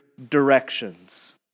directions